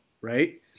right